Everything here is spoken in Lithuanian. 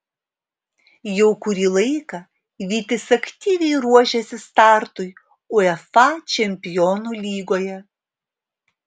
jau kurį laiką vytis aktyviai ruošiasi startui uefa čempionų lygoje